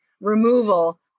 removal